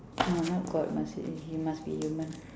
no not god must uh it must be human